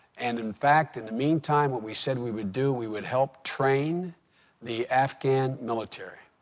and in fact, in the meantime, what we said we would do, we would help train the afghan military.